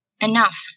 enough